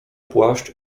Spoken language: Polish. płaszcz